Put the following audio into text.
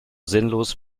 sinnlos